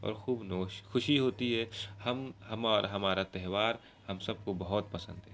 اور خوب نوش خوشی ہوتی ہے ہم ہم اور ہمارا تہوار ہم سب کو بہت پسند ہے